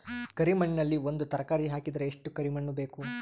ಕರಿ ಮಣ್ಣಿನಲ್ಲಿ ಒಂದ ತರಕಾರಿ ಹಾಕಿದರ ಎಷ್ಟ ಕರಿ ಮಣ್ಣು ಬೇಕು?